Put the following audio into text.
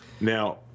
Now